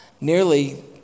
nearly